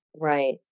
Right